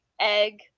egg